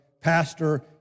Pastor